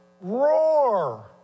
roar